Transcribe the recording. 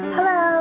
Hello